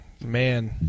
Man